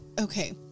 okay